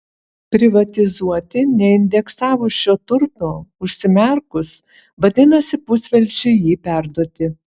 privatizuoti neindeksavus šio turto užsimerkus vadinasi pusvelčiui jį perduoti